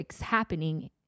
happening